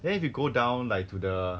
then if you go down like to the